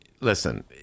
listen